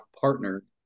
partnered